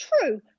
true